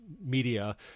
media